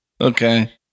Okay